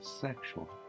sexual